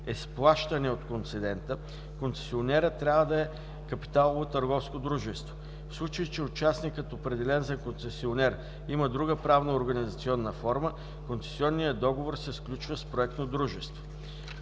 е с плащане от концедента, концесионерът трябва да е капиталово търговско дружество. В случай че участникът, определен за концесионер, има друга правно-организационна форма, концесионният договор се сключва с проектно дружество.“